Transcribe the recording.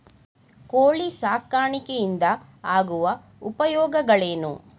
ಕೋಳಿ ಸಾಕಾಣಿಕೆಯಿಂದ ಆಗುವ ಉಪಯೋಗಗಳೇನು?